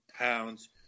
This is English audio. pounds